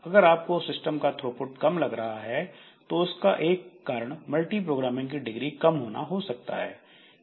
अगर आपको सिस्टम का थ्रोपुट कम लग रहा है तो उसका एक कारण मल्टीप्रोग्रामिंग की डिग्री कम होना हो सकता है